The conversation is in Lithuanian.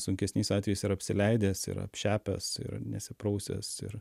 sunkesniais atvejais ir apsileidęs ir apšepęs ir nesiprausęs ir